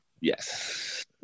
Yes